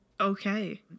Okay